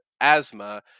asthma